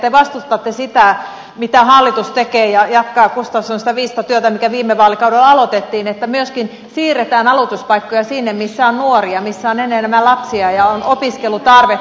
te vastustatte sitä mitä hallitus tekee ja gustafsson jatkaa sitä viisasta työtä mikä viime vaalikaudella aloitettiin että myöskin siirretään aloituspaikkoja sinne missä on nuoria missä on enemmän lapsia ja on opiskelutarvetta